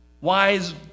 wise